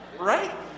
Right